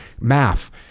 math